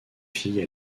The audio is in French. filles